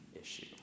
issue